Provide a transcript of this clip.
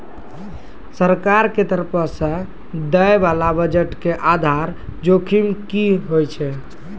सरकार के तरफो से दै बाला बजट के आधार जोखिम कि होय छै?